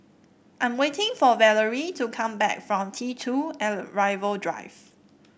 I'm waiting for Valery to come back from T two Arrival Drive